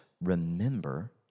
remember